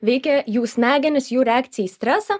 veikia jų smegenis jų reakciją į stresą